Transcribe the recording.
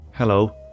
Hello